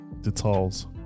details